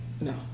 no